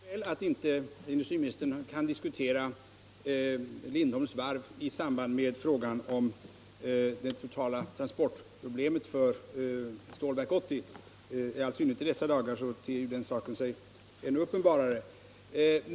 Herr talman! Jag förstår mycket väl att industriministern inte kan diskutera Lindholmens varv i samband med frågan om det totala transportproblemet för Stålverk 80. I all synnerhet i dessa dagar framstår den saken än mer uppenbar.